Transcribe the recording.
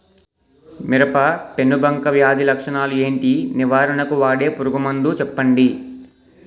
మిరప పెనుబంక వ్యాధి లక్షణాలు ఏంటి? నివారణకు వాడే పురుగు మందు చెప్పండీ?